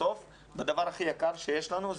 אנחנו פוגעים בסוף בדבר הכי יקר שיש לנו,